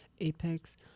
apex